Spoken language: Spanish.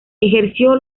ejerció